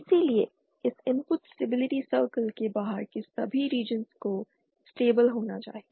इसलिए इस input stability circle के बाहर के सभी रीजनस को स्टेबिल होना चाहिए